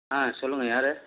ஆ சொல்லுங்கள் யார்